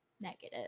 negative